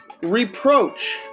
reproach